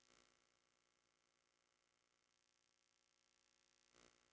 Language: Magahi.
जे से हमार बाग में फुल ज्यादा आवे?